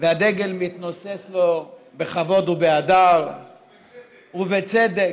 והדגל מתנוסס לו בכבוד ובהדר, ובצדק.